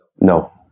No